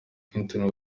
clinton